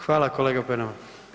Hvala kolega Penava.